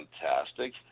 fantastic